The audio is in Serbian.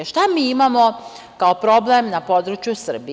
Šta mi imamo kao problem na području Srbije?